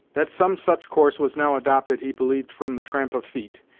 that some such course was now adopted he believed from the tramp of feet,